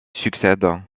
succède